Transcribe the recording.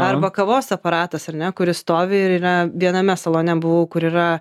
arba kavos aparatas ar ne kuris stovi ir yra viename salone buvau kur yra